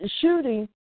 shooting